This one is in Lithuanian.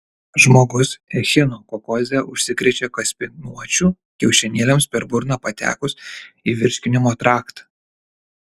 žmogus echinokokoze užsikrečia kaspinuočių kiaušinėliams per burną patekus į virškinimo traktą